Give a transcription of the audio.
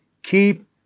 Keep